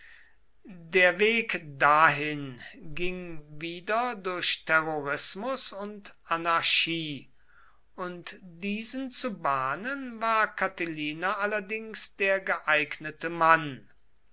der weg dahin ging wieder durch terrorismus und anarchie und diesen zu bahnen war catilina allerdings der geeignete mann